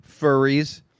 furries